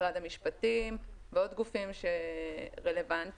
משרד המשפטים ועוד גופים רלוונטיים,